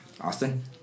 Austin